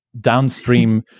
downstream